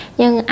nhưng